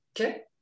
Okay